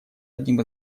одним